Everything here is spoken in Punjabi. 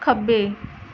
ਖੱਬੇ